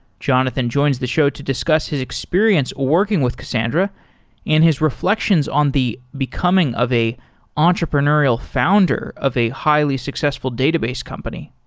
jonathan joins the show to discuss his experience working with cassandra and his reflections on the becoming of an entrepreneurial founder of a highly successful database company.